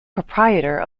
proprietor